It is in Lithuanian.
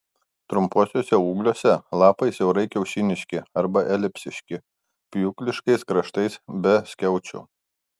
trumpuosiuose ūgliuose lapai siaurai kiaušiniški arba elipsiški pjūkliškais kraštais be skiaučių